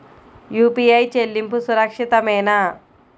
UPI చెల్లింపు సురక్షితమేనా?